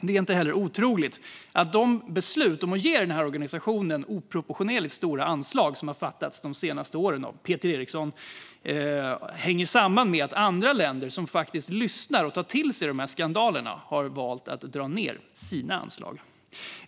Det är inte otroligt att de beslut om att ge organisationen oproportionerligt stora anslag som de senaste åren har fattats av Peter Eriksson hänger samman med att andra länder som faktiskt lyssnat och tagit till sig informationen om skandalerna har valt att dra ned på sina anslag.